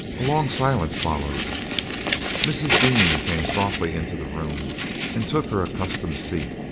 a long silence followed mrs. dean came softly into the room and took her accustomed seat,